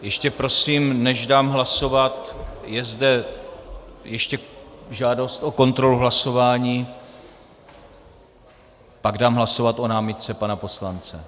Ještě prosím, než dám hlasovat, je zde ještě žádost o kontrolu hlasování, pak dám hlasovat o námitce pana poslance.